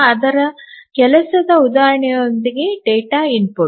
ಅದರ ಕೆಲಸದ ಉದಾಹರಣೆಯೆಂದರೆ ಡೇಟಾ ಇನ್ಪುಟ್